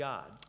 God